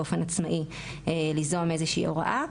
באופן עצמאי ליזום איזושהי הוראה.